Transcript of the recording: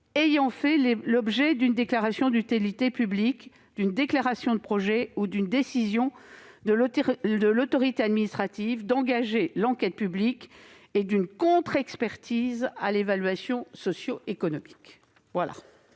ayant fait l'objet d'une déclaration d'utilité publique, d'une déclaration de projet ou d'une décision de l'autorité administrative d'engager l'enquête publique et d'une contre-expertise à l'évaluation socioéconomique.